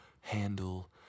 handle